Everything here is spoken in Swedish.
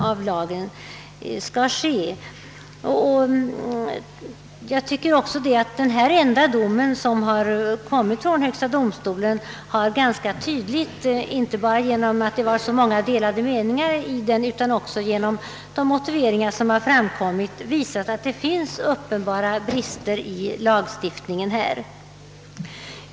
Denna enda dom som har fällts av högsta domstolen har enligt min mening också ganska tydligt, inte bara genom att meningarna var så delade utan också genom de motiveringar som framlades, visat att lagstiftningen på detta område inte är tillfredsställande.